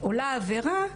עולה עבירה,